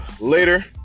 later